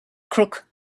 crook